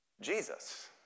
Jesus